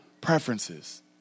preferences